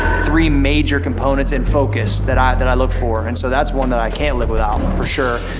three major components and focus that i that i look for and so that's one that i can't live without, for sure.